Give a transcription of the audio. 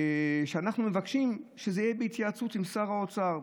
מבקשים שזה יהיה בהתייעצות עם שר האוצר.